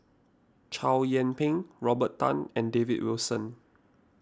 Chow Yian Ping Robert Tan and David Wilson